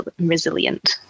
resilient